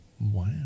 Wow